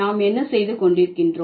நாம் என்ன செய்து கொண்டிருக்கின்றோம்